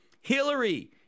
Hillary